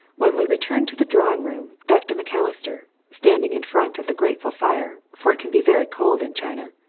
when we returned to the drawing-room dr. macalister, standing in front of the grateful fire, for it can be very cold in china,